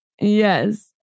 Yes